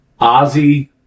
Ozzy